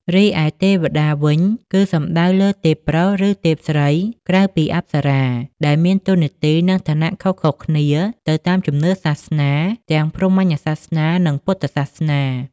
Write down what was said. រីឯទេវតាវិញ គឺសំដៅទៅលើទេពប្រុស ឬទេពស្រី ក្រៅពីអប្សរា ដែលមានតួនាទី និងឋានៈខុសៗគ្នាទៅតាមជំនឿសាសនា ទាំង ព្រហ្មញ្ញសាសនា និង ពុទ្ធសាសនា។